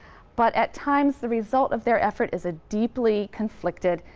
but at times the result of their effort is a deeply conflicted,